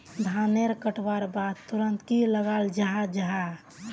धानेर कटवार बाद तुरंत की लगा जाहा जाहा?